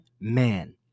man